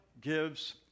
gives